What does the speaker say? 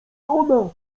ona